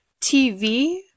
TV